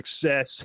success